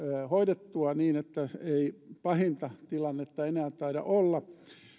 hoidettua niin että ei pahinta tilannetta enää taida olla